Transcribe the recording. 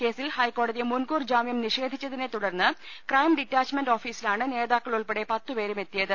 കേസിൽ ഹൈക്കോടതി മുൻകൂർ ജാമ്യം നിഷേ ധിച്ചതിനെ തുടർന്ന് ക്രൈം ഡിറ്റാച്ച്മെന്റ് ഓഫീസിലാണ് നേതാക്കൾ ഉൾപ്പെടെ പത്തുപേരും എത്തിയത്